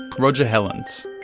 roger hellens.